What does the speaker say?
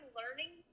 learning